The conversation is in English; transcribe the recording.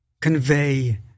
convey